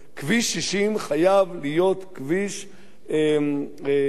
כביש 60 חייב להיות כביש אוטוסטרדה,